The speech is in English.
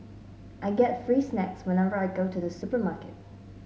I get free snacks whenever I go to the supermarket